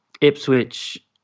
Ipswich